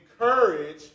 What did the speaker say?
encourage